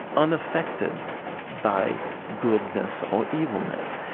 unaffected by goodness or evilness.